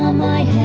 um my